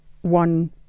one